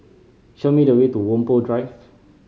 show me the way to Whampoa Drive